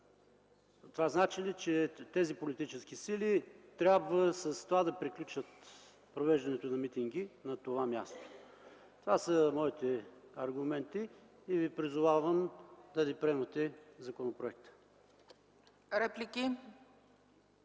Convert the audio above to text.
това значи ли, че тези политически сили трябва да приключат с провеждането на митинги на това място. Това са моите аргументи и ви призовавам да не приемате законопроекта.